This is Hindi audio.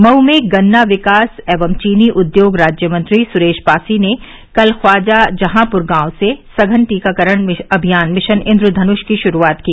मऊ में गन्ना विकास एवं चीनी उद्योग राज्यमंत्री सुरेश पासी ने कल ख्वाजाजहांपुर गांव से सघन टीकाकरण अभियान मिशन इंद्रधनुष की श्रूआत की